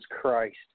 Christ